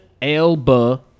Elba